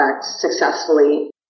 successfully